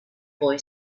boy